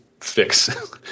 fix